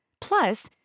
Plus